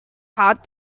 heart